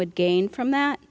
would gain from that